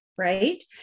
Right